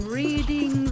reading